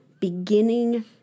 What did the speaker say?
beginning